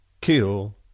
kill